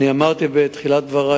אמרתי בתחילת דברי,